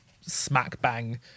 smack-bang